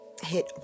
hit